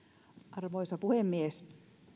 arvoisa puhemies